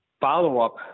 Follow-up